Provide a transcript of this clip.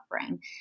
suffering